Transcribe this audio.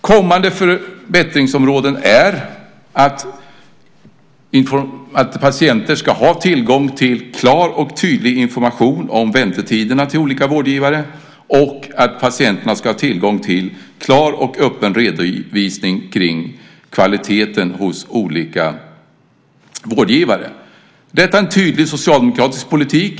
Kommande förbättringar handlar om att patienterna ska ha tillgång till klar och tydlig information om väntetiderna till olika vårdgivare och att de ska ha tillgång till en klar och öppen redovisning om kvaliteten hos olika vårdgivare. Detta är en tydlig socialdemokratisk politik.